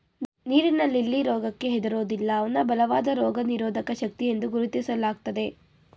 ನೀರಿನ ಲಿಲ್ಲಿ ರೋಗಕ್ಕೆ ಹೆದರೋದಿಲ್ಲ ಅವ್ನ ಬಲವಾದ ರೋಗನಿರೋಧಕ ಶಕ್ತಿಯೆಂದು ಗುರುತಿಸ್ಲಾಗ್ತದೆ